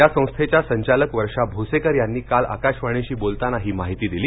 या संस्थेच्या संचालक वर्षा भोसेकर यांनी काल आकाशवाणीशी बोलताना ही माहिती दिली